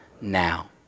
now